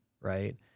right